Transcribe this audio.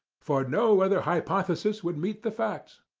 for no other hypothesis would meet the facts.